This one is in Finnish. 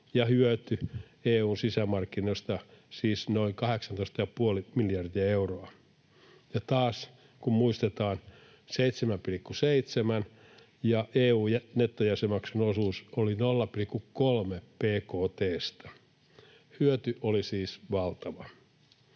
ja hyöty EU:n sisämarkkinoista siis noin 18,5 miljardia euroa. Ja taas kun muistetaan se 7,7 prosenttia ja että EU:n nettojäsenmaksun osuus oli 0,3 bkt:stä, niin hyöty oli siis valtava.